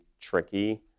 tricky